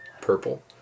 purple